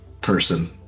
person